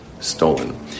stolen